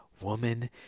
woman